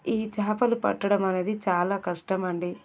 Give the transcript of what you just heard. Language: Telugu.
ఈ చేపలు పట్టడం అనేది చాలా కష్టం అండి